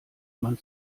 man